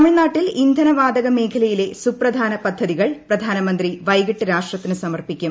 തമിഴ്നാട്ടിൽ ഇന്ധന വാതക മേഖലയിലെ സുപ്രധാന പദ്ധതികൾ പ്രധാനമന്ത്രി വൈകിട്ട് രാഷ്ട്രത്തിന് സമർപ്പിക്കും